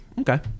Okay